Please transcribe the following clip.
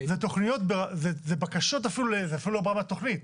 זה אפילו לא ברמת תוכנית,